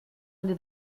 into